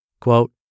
Quote